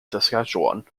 saskatchewan